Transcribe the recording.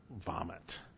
vomit